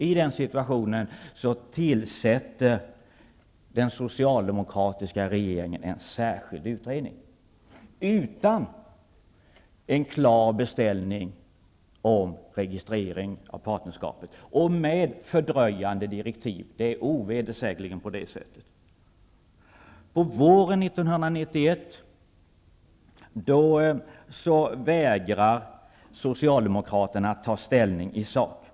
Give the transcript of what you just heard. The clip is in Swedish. I denna situation tillsätter den socialdemokratiska regeringen en särskild utredning, utan en klar beställning om registrering av partnerskap och med fördröjande direktiv. Det är ovedersägligen på det sättet. På våren 1991 vägrar Socialdemokraterna att ta ställning i sak.